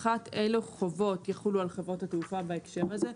שאלה אחת היא אילו חובות יחולו על חברות התעופה בהקשר הזה,